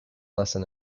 lesson